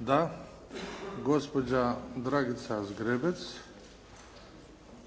Da. Gospođa Dragica Zgrebec